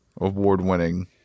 award-winning